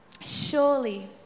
Surely